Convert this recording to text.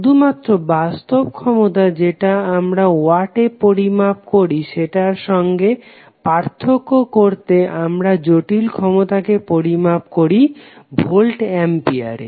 শুধুমাত্র বাস্তব ক্ষমতা যেটা আমরা ওয়াটে পরিমাপ করি সেটার সঙ্গে পার্থক্য করতে আমরা জটিল ক্ষমতাকে পরিমাপ করো ভোল্ট অ্যাম্পিয়ার এ